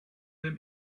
them